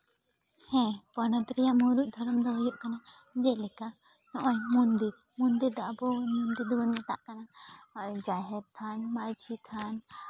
ᱦᱮᱸ ᱯᱚᱱᱚᱛ ᱨᱮᱭᱟᱜ ᱢᱩᱬᱩᱫ ᱫᱷᱚᱨᱚᱢ ᱫᱚ ᱦᱩᱭᱩᱜ ᱠᱟᱱᱟ ᱡᱮᱞᱮᱠᱟ ᱱᱚᱜᱼᱚᱭ ᱢᱚᱱᱫᱤᱨ ᱢᱚᱱᱫᱤᱨ ᱫᱚᱵᱚ ᱢᱚᱱᱫᱤᱨ ᱫᱚᱵᱚᱱ ᱢᱮᱛᱟᱜ ᱠᱟᱱᱟ ᱡᱟᱦᱮᱨ ᱛᱷᱟᱱ ᱢᱟᱹᱡᱷᱤ ᱛᱷᱟᱱ